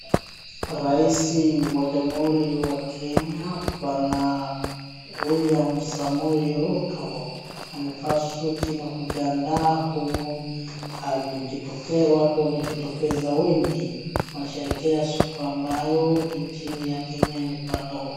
Raisi wa Jamhuri wa Kenya, bwana William Samoei Ruto amevaa suti na kujiandaa huku watu wametokeza wengi wanasherekea siku ambayo nchini ya Kenya imepata.